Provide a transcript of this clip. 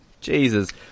Jesus